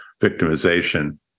victimization